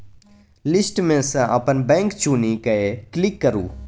list मे सँ अपन बैंक चुनि कए क्लिक करु